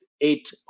eight